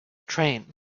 train